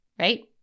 right